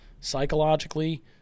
psychologically